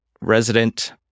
resident